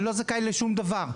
אני לא זכאי לשום דבר.